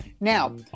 Now